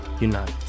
unite